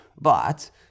but